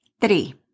Three